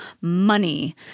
money